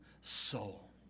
soul